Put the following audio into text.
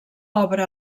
obra